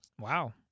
wow